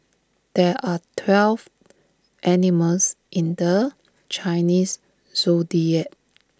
there are twelve animals in the Chinese Zodiac